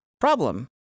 Problem